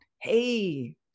Hey